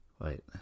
wait